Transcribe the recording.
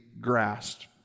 grasped